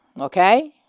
Okay